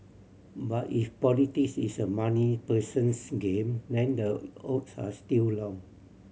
but if politics is a money person's game then the odds are still long